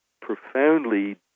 profoundly